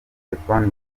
telefoni